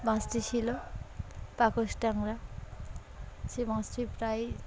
মাছটি ছিল পাকস ট্যাংরা সে মাছটি প্রায়ই